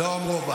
לא אמרו.